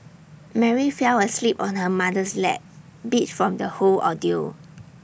Mary fell asleep on her mother's lap beat from the whole ordeal